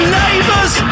neighbors